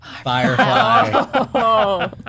Firefly